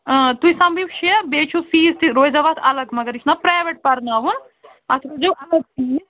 تُہۍ سوٚمبرِو شےٚ بیٚیہِ چھُو فیٖس تہِ روزٮ۪و اَتھ الگ مگر یہِ چھُنا پرٛیویٹ پرناوُن اَتھ روزٮ۪و الگ فیٖس